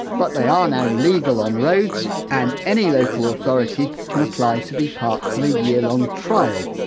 but they are now legal on roads and any local authority can apply to be part of a year long trial,